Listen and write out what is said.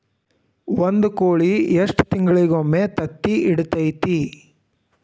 ಒಂದ್ ಕೋಳಿ ಎಷ್ಟ ತಿಂಗಳಿಗೊಮ್ಮೆ ತತ್ತಿ ಇಡತೈತಿ?